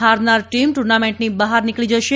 હારનાર team ટૂર્નામેન્ટથી બહાર નીકળી જશે